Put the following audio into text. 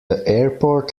airport